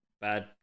bad